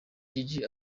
jiji